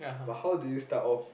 but how did you to start off